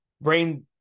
brain